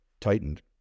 tightened